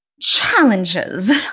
Challenges